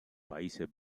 países